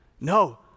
No